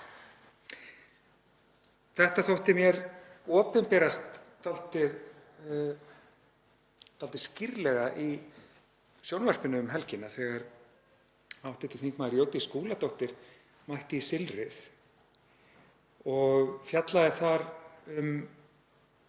Þetta þótti mér opinberast dálítið skýrlega í sjónvarpinu um helgina þegar hv. þm. Jódís Skúladóttir mætti í Silfrið og fjallaði þar um